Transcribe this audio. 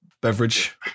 beverage